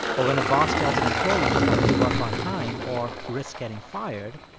or when a boss tells an employee to come into work on time or risk getting fired,